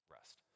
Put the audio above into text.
Rest